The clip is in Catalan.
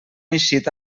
eixit